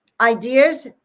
Ideas